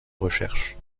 recherche